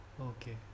Okay